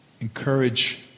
encourage